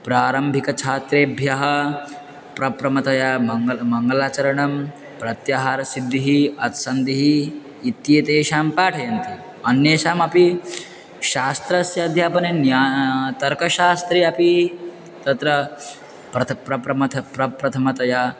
प्रारम्भिकछात्रेभ्यः प्रप्रथमतया मङ्गलं मङ्गलाचरणं प्रत्याहारसिद्धिः अच्सन्धिः इत्येतेषां पाठयन्ति अन्येषामपि शास्त्रस्य अध्यापने न्यायः तर्कशास्त्रे अपि तत्र प्रथमं प्रप्रथमं प्रप्रथमतया